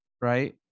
right